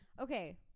Okay